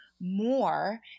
more